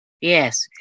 Yes